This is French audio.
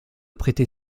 prêter